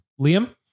Liam